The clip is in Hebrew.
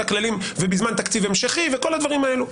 הכללים וזה בזמן תקציב המשכי וכל הדברים האלה.